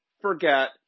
forget